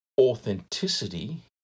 Authenticity